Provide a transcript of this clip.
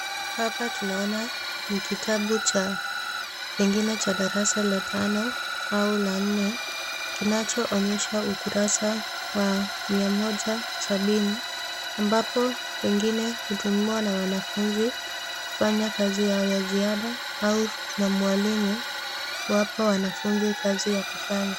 Hapa tunaona ni kitabu cha pengine darasa la tano au la nne kinacho onyesha ukurasa wa mia moja sabini ambapo pengine utumiwa na wanafunzi kufanya kazi yao ya ziada au na mwalimu kuwapa wanafunzi kazi ya kufanya.